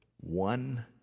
One